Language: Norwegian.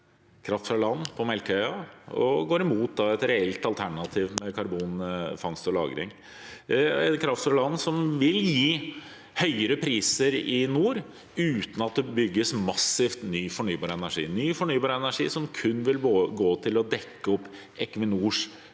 kraft fra land på Melkøya og går imot et reelt alternativ med karbonfangst og -lagring. Kraft fra land vil gi høyere priser i nord, uten at det massivt bygges ny fornybar energi – ny fornybar energi som kun vil gå til å dekke opp Equinors behov.